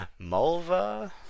Mulva